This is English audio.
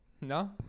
no